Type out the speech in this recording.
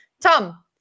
Tom